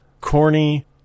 corny